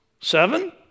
Seven